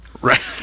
right